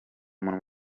umuntu